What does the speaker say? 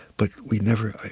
but we never, i